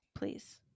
Please